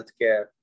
healthcare